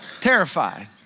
Terrified